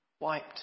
Wiped